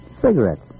cigarettes